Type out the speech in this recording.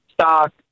stock